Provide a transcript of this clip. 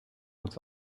uns